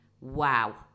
wow